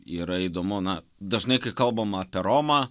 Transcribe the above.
yra įdomu na dažnai kai kalbam apie romą